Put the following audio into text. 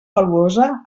valuosa